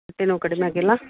ಹೊಟ್ಟೆ ನೋವು ಕಡಿಮೆ ಆಗಿಲ್ಲ